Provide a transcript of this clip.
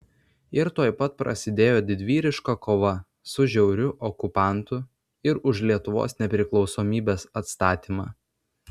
ir tuoj pat prasidėjo didvyriška kova su žiauriu okupantu ir už lietuvos nepriklausomybės atstatymą